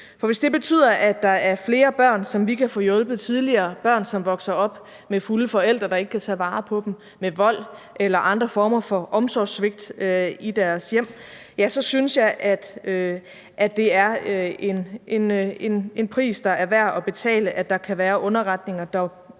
hvis det betyder, at der er flere børn, som vi kan få hjulpet tidligere, børn, som vokser op med fulde forældre, der ikke kan tage vare på dem, med vold eller andre former for omsorgssvigt i deres hjem, ja, så synes jeg, at det er en pris, der er værd at betale, at der kan være underretninger, der